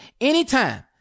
anytime